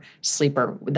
sleeper